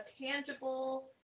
tangible